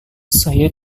saya